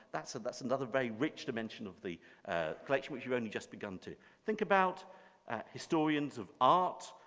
that's ah that's another very rich dimension of the collection which we only just began to think about historians of art,